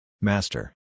Master